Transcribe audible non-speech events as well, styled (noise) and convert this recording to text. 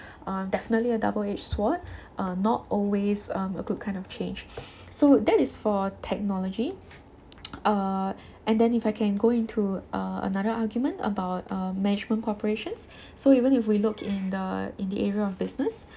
um definitely a double edged sword uh not always um a good kind of change (breath) so that is for technology uh and then if I can go into uh another argument about uh management corporations so even if we look in the in the area of business